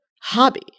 hobby